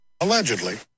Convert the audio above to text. Allegedly